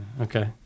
Okay